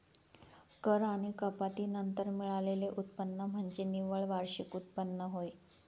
कर आणि कपाती नंतर मिळालेले उत्पन्न म्हणजे निव्वळ वार्षिक उत्पन्न होय